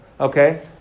Okay